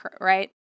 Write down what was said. right